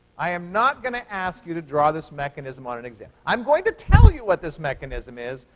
i am not going to ask you to draw this mechanism on an exam. i'm going to tell you what this mechanism is,